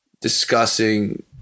discussing